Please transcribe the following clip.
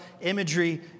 imagery